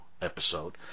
episode